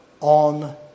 on